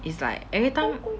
it's like every time